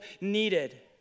needed